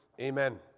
Amen